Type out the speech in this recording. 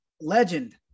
legend